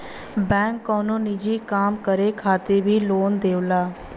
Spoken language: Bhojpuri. बैंक कउनो निजी काम करे खातिर भी लोन देवला